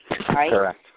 Correct